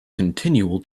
continual